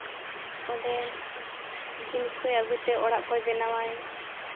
ᱚᱸᱰᱮ ᱡᱤᱱᱤᱥ ᱠᱚᱭ ᱟᱹᱜᱩᱭ ᱛᱮ ᱚᱲᱟᱜ ᱠᱚᱭ ᱵᱮᱱᱟᱣ ᱟᱭ